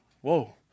whoa